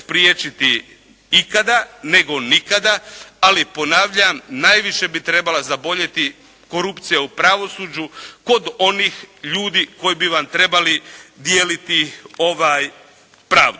spriječiti ikada nego nikada, ali ponavljam, najviše bi trebala zaboljeti korupcija u pravosuđu kod onih ljudi koji bi vam trebali dijeliti pravdu.